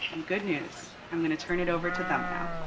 and good news. i'm gonna turn it over to them now.